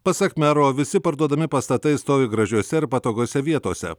pasak mero visi parduodami pastatai stovi gražiose patogiose vietose